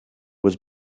was